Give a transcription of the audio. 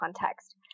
context